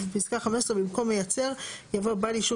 בפסקה 15. (א2) בפסקה (15) במקום "מייצר" יבוא "בעל אישור